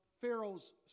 Pharaoh's